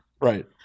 right